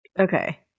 Okay